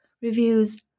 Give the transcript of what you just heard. reviews